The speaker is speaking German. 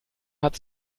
hat